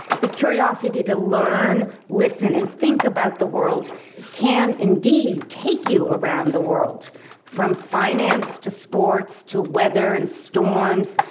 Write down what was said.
the curiosity to learn, listen and think about the world can indeed take you around the world from finance to sports to weather and storms,